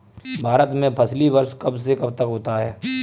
भारत में फसली वर्ष कब से कब तक होता है?